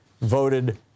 voted